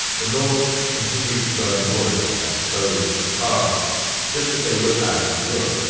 the norse continued to burn wood in their stoves and hearths just as they would have in europe.